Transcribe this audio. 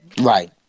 Right